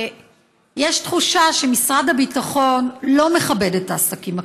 יש תחושה שמשרד הביטחון לא מכבד את העסקים הקטנים,